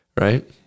Right